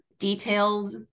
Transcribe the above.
detailed